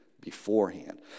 beforehand